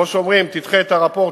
כמו שאומרים: תדחה את הרפורט,